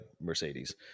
Mercedes